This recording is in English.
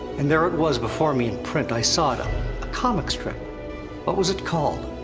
and there it was before me in print, i saw it, a comic strip. what was it called?